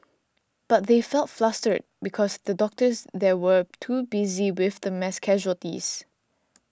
but they felt flustered because the doctors there were too busy with the mass casualties